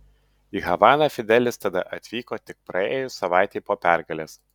į havaną fidelis tada atvyko tik praėjus savaitei po pergalės